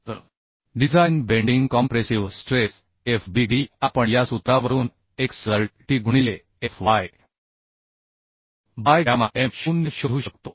तर design bending compressive stress F b d आपण या सूत्रावरून x l t गुणिले F y by gamma M 0 शोधू शकतो